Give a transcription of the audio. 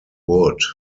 wood